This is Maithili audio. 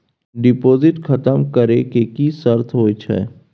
डिपॉजिट खतम करे के की सर्त होय छै?